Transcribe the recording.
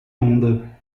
onda